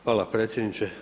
Hvala predsjedniče.